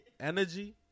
Energy